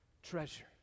treasure